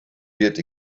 reared